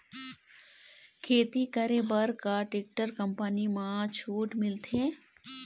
खेती करे बर का टेक्टर कंपनी म छूट मिलथे?